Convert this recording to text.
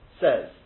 says